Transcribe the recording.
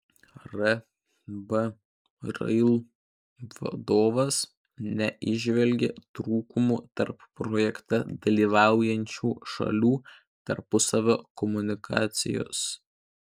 rb rail vadovas neįžvelgė trūkumų tarp projekte dalyvaujančių šalių tarpusavio komunikacijos